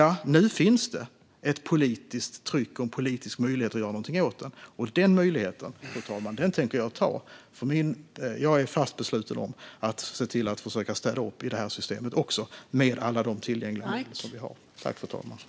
Nu finns det alltså ett politiskt tryck och en politisk möjlighet att göra något åt det. Den möjligheten tänker jag ta, fru talman. Jag är fast besluten att med alla tillgängliga medel försöka städa upp också i det här systemet.